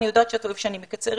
אני יודעת שאתה אוהב שאני מקצרת.